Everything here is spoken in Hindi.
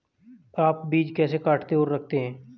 आप बीज कैसे काटते और रखते हैं?